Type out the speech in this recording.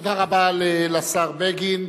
תודה רבה לשר בגין.